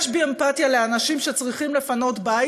יש בי אמפתיה לאנשים שצריכים לפנות בית,